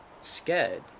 scared